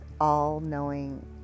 all-knowing